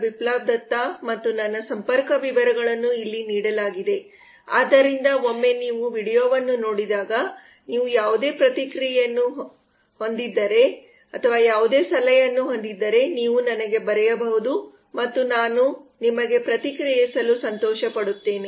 ಬಿಪ್ಲಾಬ್ ದತ್ತಾ ಮತ್ತು ನನ್ನ ಸಂಪರ್ಕ ವಿವರಗಳನ್ನು ಇಲ್ಲಿ ನೀಡಲಾಗಿದೆ ಆದ್ದರಿಂದ ಒಮ್ಮೆ ನೀವು ವೀಡಿಯೊವನ್ನು ನೋಡಿದಾಗ ನೀವು ಯಾವುದೇ ಪ್ರತಿಕ್ರಿಯೆ ಅಥವಾ ಯಾವುದೇ ಸಲಹೆಯನ್ನು ಹೊಂದಿದ್ದರೆ ನೀವು ನನಗೆ ಬರೆಯಬಹುದು ಮತ್ತು ನಾನು ಅವರಿಗೆ ಪ್ರತಿಕ್ರಿಯಿಸಲು ಸಂತೋಷಪಡುತ್ತೇನೆ